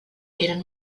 eren